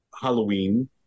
Halloween